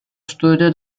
studio